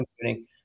computing